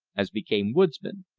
as became woodsmen.